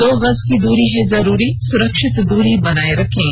दो गज की दूरी है जरूरी सुरक्षित दूरी बनाए रखें